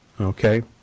okay